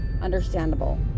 understandable